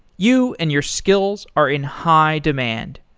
you and your skills are in high demand.